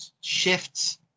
shifts